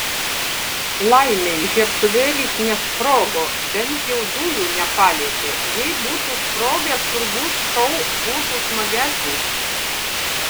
laimei žiebtuvėlis nesprogo bent jau dujų nepalietė jei būtų sprogęs turbūt šou būtų smagesnis